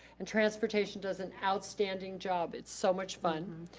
and transportation does an outstanding job, it's so much fun.